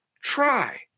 try